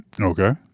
Okay